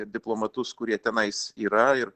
ir diplomatus kurie tenais yra ir